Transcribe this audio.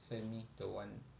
send me the one